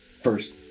First